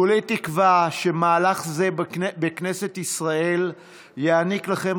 כולי תקווה שמהלך זה בכנסת ישראל יעניק לכן,